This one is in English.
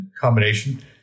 combination